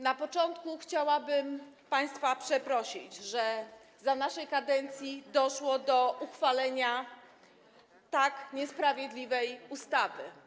Na początku chciałabym państwa przeprosić, że za naszej kadencji doszło do uchwalenia tak niesprawiedliwej ustawy.